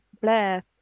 Blair